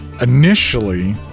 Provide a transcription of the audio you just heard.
initially